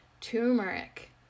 turmeric